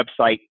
website